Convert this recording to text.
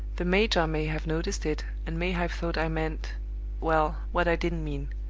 the major may have noticed it, and may have thought i meant well, what i didn't mean.